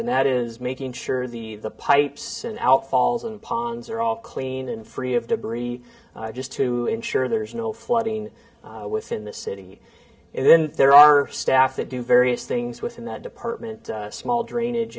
and that is making sure the pipes outfalls and ponds are all clean and free of debris just to ensure there's no flooding within the city and then there are staff that do various things within that department a small drainage